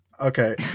Okay